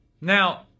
now